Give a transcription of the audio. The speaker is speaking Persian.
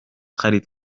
خرید